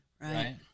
Right